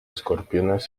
escorpiones